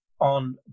on